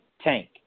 tank